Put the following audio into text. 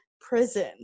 prison